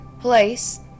place